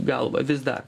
galva vis dar